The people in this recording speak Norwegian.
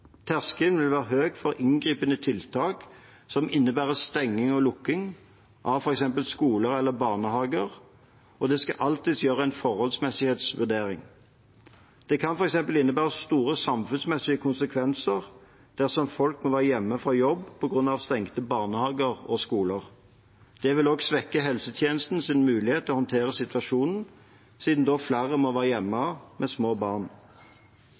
Terskelen vil være høy for inngripende tiltak som innebærer stenging og lukking av f.eks. skoler eller barnehager, og det skal alltid gjøres en forholdsmessighetsvurdering. Det kan f.eks. innebære store samfunnsmessige konsekvenser dersom folk må være hjemme fra jobb på grunn av stengte barnehager og skoler. Det vil også svekke helsetjenestens mulighet til å håndtere situasjonen, siden flere da må være hjemme med små barn.